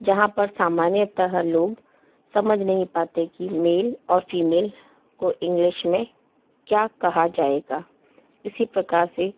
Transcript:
जहाँ पर सामान्यतः लोग समझ नहीं पाते की मेल और फीमेल को इंग्लिश में क्या कहा जाएगा इसी प्रकार से